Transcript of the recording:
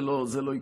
זה לא יקרה.